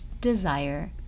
Desire